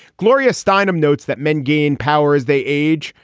gloria steinem notes that men gain power as they age,